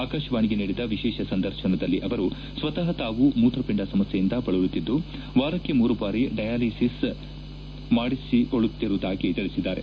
ಆಕಾಶವಾಣಿಗೆ ನೀಡಿದ ವಿಶೇಷ ಸಂದರ್ಶನದಲ್ಲಿ ಅವರು ಸ್ವಕಃ ತಾವು ಮೂತ್ರಪಿಂಡ ಸಮಸ್ಕೆಯಿಂದ ಬಳಲುತ್ತಿದ್ದು ವಾರಕ್ಕೆ ಮೂರು ಬಾರಿ ಡಯಾಲಿಸೀಸ್ಗೆ ಒಳಪಡುತ್ತಿರುವುದಾಗಿ ತಿಳಿಸಿದ್ದಾರೆ